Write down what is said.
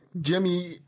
Jimmy